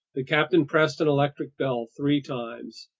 the captain pressed an electric bell three times.